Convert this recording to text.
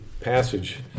passage